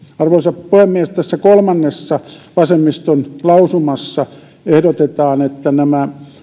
arvoisa puhemies tässä kolmannessa vasemmiston lausumassa ehdotetaan että nämä